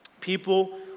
People